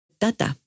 Dada